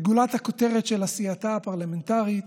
וגולת הכותרת של עשייתה הפרלמנטרית: